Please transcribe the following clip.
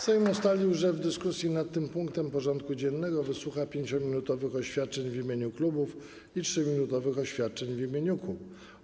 Sejm ustalił, że w dyskusji nad tym punktem porządku dziennego wysłucha 5-minutowych oświadczeń w imieniu klubów i 3-minutowych oświadczeń w imieniu kół.